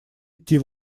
идти